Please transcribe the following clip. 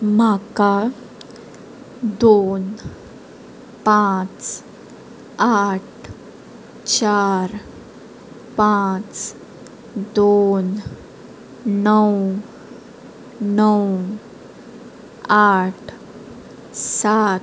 म्हाका दोन पांच आठ चार पांच दोन णव णव आठ सात